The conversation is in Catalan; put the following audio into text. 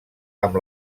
amb